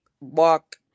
walk